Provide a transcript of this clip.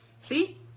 See